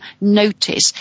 notice